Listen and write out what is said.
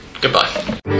Goodbye